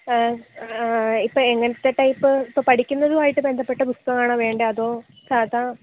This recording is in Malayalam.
ഏ ഇപ്പോൾ എങ്ങനത്തെ ടൈപ്പ് ഇപ്പോൾ പഠിക്കുന്നതുമായിട്ട് ബന്ധപ്പെട്ട പുസ്ത്കമാണോ വേണ്ടത് അതോ സാധാ